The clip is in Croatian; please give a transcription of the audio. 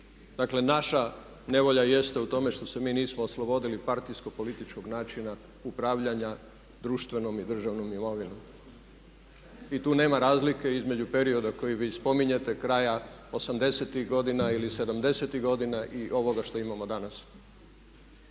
Dakle, naša nevolja jeste u tome što se mi nismo oslobodili partijsko-političkog načina upravljanja društvenom i državnom imovinom i tu nema razlike između perioda koji vi spominjete, kraja 80-tih godina ili 70-tih godina i ovoga što imamo danas.